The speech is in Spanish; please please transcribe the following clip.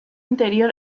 interior